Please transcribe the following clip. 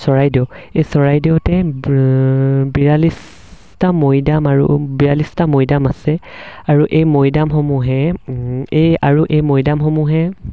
চৰাইদেউ এই চৰাইদেউতে বিয়াল্লিশ মৈদাম আৰু বিয়াল্লিশটা মৈদাম আছে আৰু এই মৈদামসমূহে এই আৰু এই মৈদামসমূহে